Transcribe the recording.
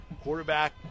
Quarterback